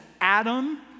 Adam